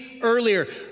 earlier